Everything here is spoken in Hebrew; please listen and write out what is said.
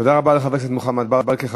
תודה רבה, חבר הכנסת מוחמד ברכה.